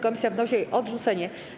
Komisja wnosi o jej odrzucenie.